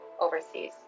overseas